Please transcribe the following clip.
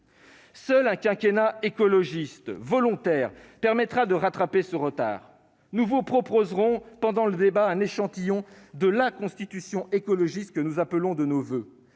Seul un quinquennat écologiste volontaire permettra de rattraper ce retard. Nous vous proposerons pendant le débat un échantillon de la constitution écologiste que nous appelons de nos voeux.